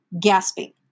gasping